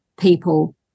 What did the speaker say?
people